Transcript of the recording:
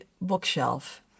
bookshelf